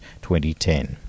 2010